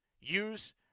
use